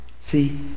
see